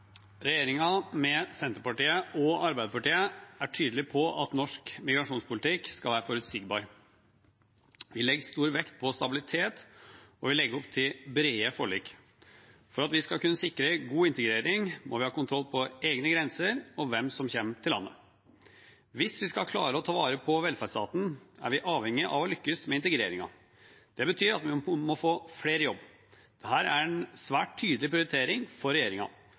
med Senterpartiet og Arbeiderpartiet, er tydelig på at norsk migrasjonspolitikk skal være forutsigbar. Vi legger stor vekt på stabilitet, og vi legger opp til brede forlik. For at vi skal sikre god integrering, må vi ha kontroll på egne grenser og hvem som kommer til landet. Hvis vi skal klare å ta vare på velferdsstaten, er vi avhengige av å lykkes med integreringen. Det betyr at vi må få flere i jobb. Dette er en svært tydelig prioritering for